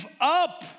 up